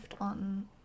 on